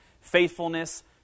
faithfulness